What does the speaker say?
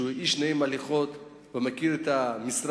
שהוא איש נעים הליכות, מכיר את המשרד,